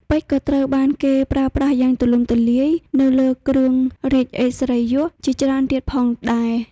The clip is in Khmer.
ពេជ្រក៏ត្រូវបានគេប្រើប្រាស់យ៉ាងទូលំទូលាយនៅលើគ្រឿងរាជឥស្សរិយយសជាច្រើនទៀតផងដែរ។